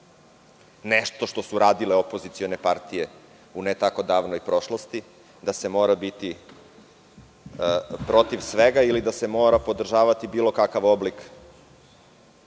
nešto što su radile opozicione partije u ne tako davnoj prošlosti, da se mora biti protiv svega ili da se mora podržavati bilo kakav oblik